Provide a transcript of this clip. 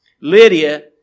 Lydia